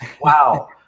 Wow